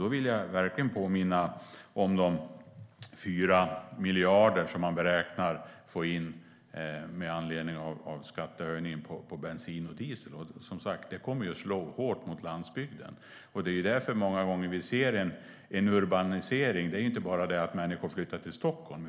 Jag vill verkligen påminna om de 4 miljarder som man räknar med att få in med anledning av skattehöjningen på bensin och diesel. Det kommer som sagt att slå hårt mot landsbygden. Urbaniseringen beror många gånger inte bara på att människor flyttar till Stockholm.